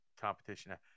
competition